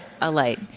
alight